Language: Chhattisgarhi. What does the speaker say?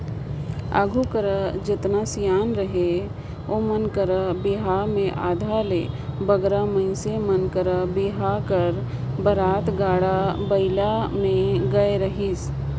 आघु कर जेतना सियान अहे ओमन कर बिहा मे आधा ले बगरा मइनसे मन कर बिहा कर बरात गाड़ा बइला मे गए रहिस